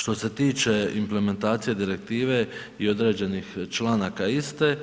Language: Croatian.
Što se tiče implementacije direktive i određenih članaka iste,